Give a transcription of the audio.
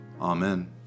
Amen